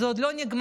זה עוד לא נגמר,